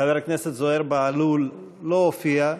חבר הכנסת זוהיר בהלול לא הופיע,